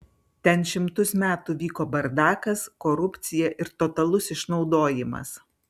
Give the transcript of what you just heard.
ten šimtus metų vyko bardakas korupcija ir totalus išnaudojimas